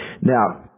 Now